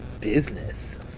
business